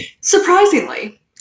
Surprisingly